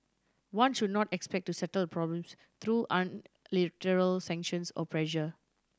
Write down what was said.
one should not expect to settle the problems through unilateral sanctions or pressure